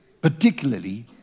Particularly